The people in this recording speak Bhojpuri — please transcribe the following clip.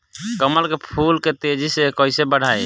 कमल के फूल के तेजी से कइसे बढ़ाई?